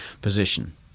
position